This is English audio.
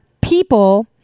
people